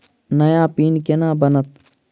नया पिन केना बनत?